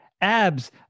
Abs